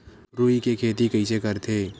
रुई के खेती कइसे करथे?